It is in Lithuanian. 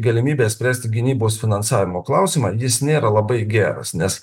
galimybę spręsti gynybos finansavimo klausimą jis nėra labai geras nes